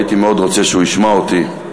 הייתי מאוד רוצה שהוא ישמע אותי.